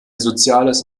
soziales